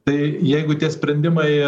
tai jeigu tie sprendimai